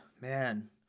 man